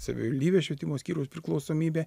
savivaldybės švietimo skyriaus priklausomybė